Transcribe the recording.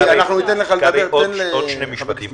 עוד שני משפטים.